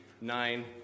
nine